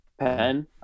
pen